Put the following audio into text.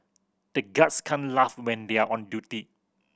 the guards can't laugh when they are on duty